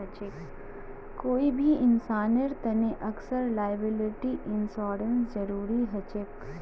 कोई भी इंसानेर तने अक्सर लॉयबिलटी इंश्योरेंसेर जरूरी ह छेक